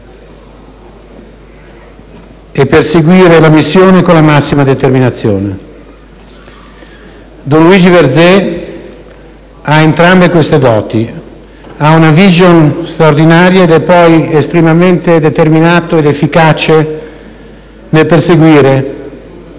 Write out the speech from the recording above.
e perseguire la «missione» con la massima determinazione. Don Luigi Verzé ha entrambe queste doti. Ha una *vision* straordinaria ed è poi estremamente determinato ed efficace nel perseguire